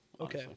Okay